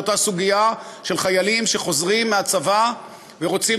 באותה סוגיה של חיילים שחוזרים מהצבא ורוצים